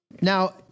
Now